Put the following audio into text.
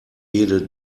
jede